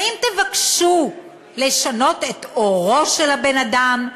האם תבקשו לשנות את עורו של הבן-אדם?